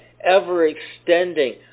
Ever-extending